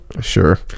Sure